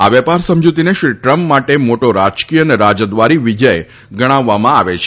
આ વેપાર સમજુતીને શ્રી ટ્રમ્પ માટે મોટો રાજકીય અને રાજદ્વારે વિજય ગણાવવામાં આવે છે